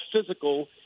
physical